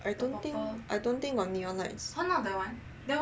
I don't think I don't think got neon lights [one]